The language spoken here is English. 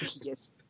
Yes